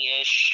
ish